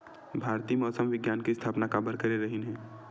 भारती मौसम विज्ञान के स्थापना काबर करे रहीन है?